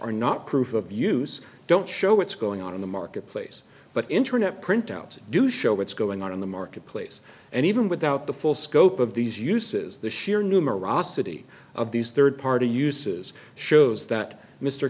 are not proof of use don't show what's going on in the marketplace but internet printouts do show what's going on in the marketplace and even without the full scope of these uses the sheer numerosity of these third party uses shows that mr